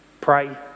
Pray